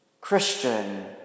Christian